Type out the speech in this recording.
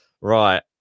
Right